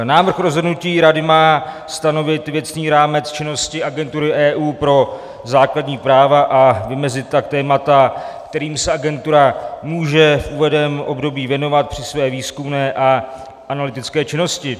Návrh rozhodnutí Rady má stanovit věcný rámec činnosti Agentury EU pro základní práva, a vymezit tak témata, kterým se agentura může v uvedeném období věnovat při své výzkumné a analytické činnosti.